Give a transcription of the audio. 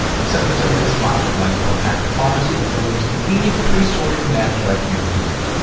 this episode is sponsored by pillpak, the pharmacy that delivers convenient, pre-sorted meds right to your door.